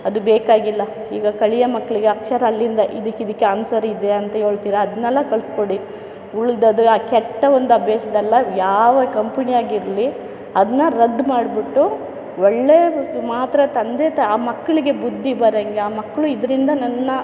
ಅದು ಬೇಕಾಗಿಲ್ಲ ಈಗ ಕಳಿಯ ಮಕ್ಳಿಗೆ ಅಕ್ಷರ ಅಲ್ಲಿಂದ ಇದ್ಕೆ ಇದಕ್ಕೆ ಆನ್ಸರ್ ಇದೆ ಅಂತ ಹೇಳ್ತೀರ ಅದನ್ನೆಲ್ಲ ಕಲಿಸ್ಕೊಡಿ ಉಳಿದಿದ್ದು ಆ ಕೆಟ್ಟ ಒಂದು ಅಭ್ಯಾಸದ್ದೆಲ್ಲ ಯಾವ ಕಂಪನಿಯಾಗಿರಲಿ ಅದನ್ನ ರದ್ದು ಮಾಡಿಬಿಟ್ಟು ಒಳ್ಳೇದು ಮಾತ್ರ ತಂದೆ ತಾ ಆ ಮಕ್ಳಿಗೆ ಬುದ್ಧಿ ಬರೋಂಗೆ ಆ ಮಕ್ಕಳು ಇದರಿಂದ ನನ್ನ